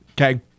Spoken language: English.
okay